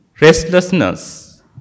restlessness